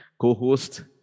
co-host